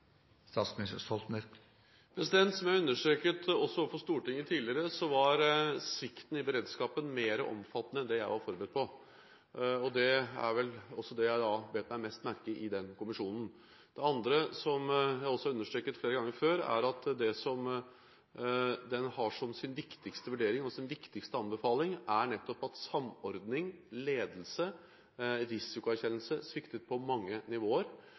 Som jeg har understreket overfor Stortinget tidligere, var svikten i beredskapen mer omfattende enn det jeg var forberedt på. Det var vel det jeg bet meg mest merke i i den rapporten. Det andre, som jeg også har understreket flere ganger før, er at det som er den viktigste vurderingen og den viktigste anbefalingen, er nettopp at samordning, ledelse og risikoerkjennelse sviktet på mange nivåer,